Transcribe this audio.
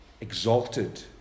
exalted